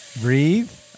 breathe